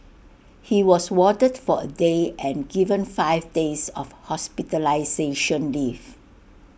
he was warded for A day and given five days of hospitalisation leave